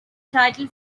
title